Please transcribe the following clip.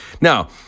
Now